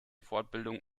fortbildung